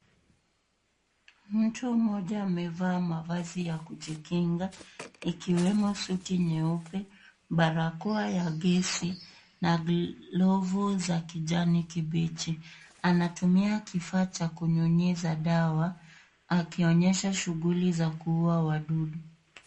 Mtu mmoja amevaa mavazi ya kujikinga ikiwemo suti nyeupe, barakoa ya gesi na glovu za kijani kibichi. Anatumia kifaa cha kunyunyiza dawa akionyesha shughuli za kuuwa wadudu.